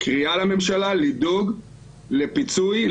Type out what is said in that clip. קריאה לממשלה לדאוג לפיצוי,